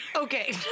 okay